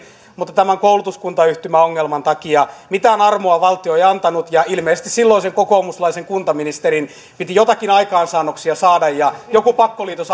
mutta tämän koulutuskuntayhtymä ongelman takia mitään armoa valtio ei antanut ilmeisesti silloisen kokoomuslaisen kuntaministerin piti jotakin aikaansaannoksia ja joku pakkoliitos